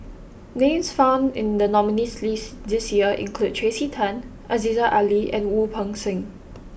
names found in the nominees' list this year include Tracey Tan Aziza Ali and Wu Peng Seng